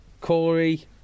Corey